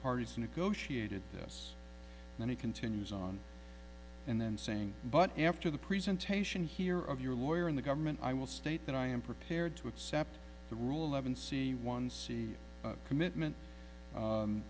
parties negotiated this and it continues on and then saying but after the presentation here of your lawyer in the government i will state that i am prepared to accept the rule eleven c one c commitment